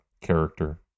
character